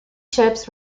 ships